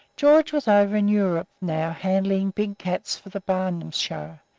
george was over in europe now handling big cats for the barnum show.